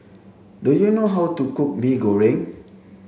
do you know how to cook Mee Goreng